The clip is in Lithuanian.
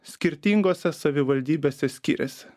skirtingose savivaldybėse skiriasi